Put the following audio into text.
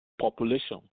population